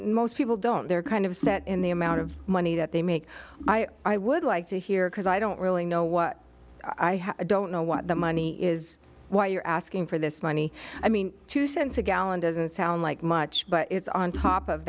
most people don't they're kind of set in the amount of money that they make i would like to hear because i don't really know what i don't know what the money is why you're asking for this money i mean two cents a gallon doesn't sound like much but it's on top of